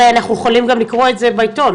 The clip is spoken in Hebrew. הרי אנחנו יכולים גם לקרוא את זה בעיתון.